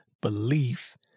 belief